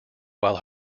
while